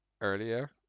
earlier